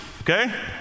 Okay